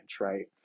right